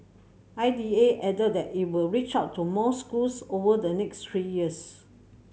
I D A added that it will reach out to more schools over the next three years